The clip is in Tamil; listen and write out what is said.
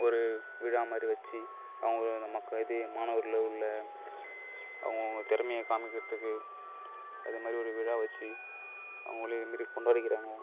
ஒரு விழா மாதிரி வச்சு அவங்களை நம்ம இது மாணவர்களை உள்ள அவங்க அவங்க திறமைய காமிக்கிறதுக்கு அது மாதிரி ஒரு விழா வச்சு அவர்களே இது மாதிரி கொண்டாடிக்கிறாங்க